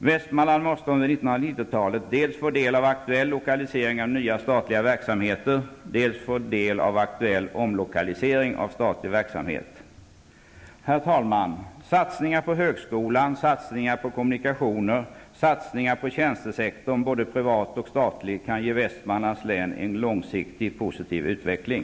Västmanland måste under 1990-talet dels få del av aktuell lokalisering av nya statliga verksamheter, dels få del av aktuell omlokalisering av statlig verksamhet. Herr talman! Satsningar på högskolan, satsningar på kommunikationer och satsningar på tjänstesektorn, både den privata och den statliga, kan ge Västmanlands län en långsiktigt positiv utveckling.